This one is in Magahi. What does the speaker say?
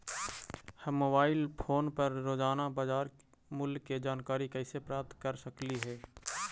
हम मोबाईल फोन पर रोजाना बाजार मूल्य के जानकारी कैसे प्राप्त कर सकली हे?